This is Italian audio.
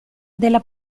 della